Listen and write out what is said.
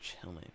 chilling